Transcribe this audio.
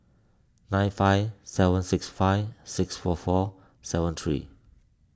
nine five seven six five six four four seven three